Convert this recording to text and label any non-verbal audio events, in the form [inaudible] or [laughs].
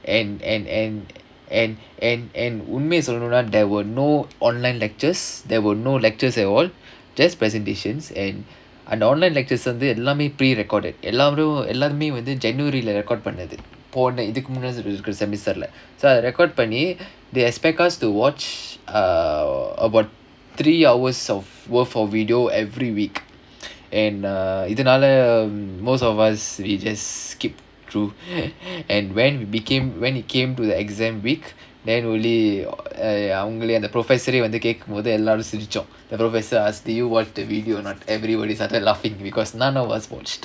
and and and and and and உண்மையா சொல்லனும்னா:unmaiya sollanumnaa there were no online lectures there were no lectures at all just presentations and I normally வந்து எல்லாமே:vandhu ellaamae pre-recorded எல்லோருமே வந்து:ellorumae vandhu january record பண்ணது:pannathu record பண்ணி:panni they expect us to watch uh about three hours of worth of video every week and uh most of us we just skip through [laughs] and when it became when it came to the exam week then only professor கேக்கும்போது எல்லோருமே சிரிச்சோம்:kekkumpothu ellorumae sirichom the professor asked do you watch the video or not everybody started laughing because none of us watched